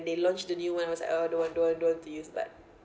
they launched the new one was like oh don't want don't want don't want to use but